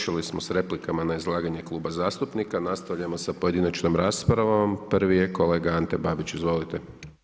Završili smo sa replikama na izlaganje Kluba zastupnika, nastavljamo sa pojedinačnom raspravom, prvi je kolega Ante Babić, izvolite.